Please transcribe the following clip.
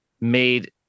made